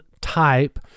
type